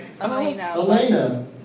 Elena